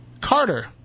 Carter